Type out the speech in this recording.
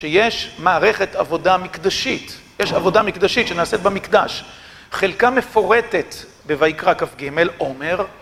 שיש מערכת עבודה מקדשית, יש עבודה מקדשית שנעשית במקדש. חלקה מפורטת בויקרא כ״ג עומר